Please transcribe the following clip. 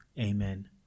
amen